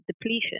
depletion